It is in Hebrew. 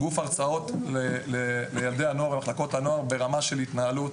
גוף הרצאות לילדים ולמחלקות הנוער ברמה של התנהלות,